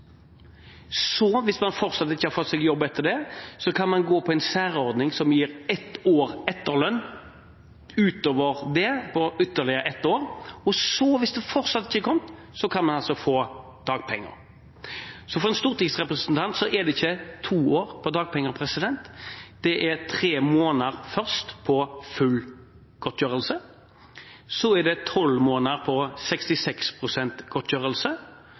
Så – hvis man fortsatt ikke har fått seg jobb – kan man gå på en særordning som gir etterlønn i ett år utover det, i ytterligere ett år. Og så – hvis man fortsatt ikke er kommet i jobb – kan man få dagpenger. For en stortingsrepresentant er det altså ikke to år med dagpenger – det er først tre måneder med full godtgjørelse, så er det tolv måneder med 66 pst. godtgjørelse.